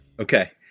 okay